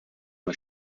uno